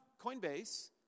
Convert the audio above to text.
Coinbase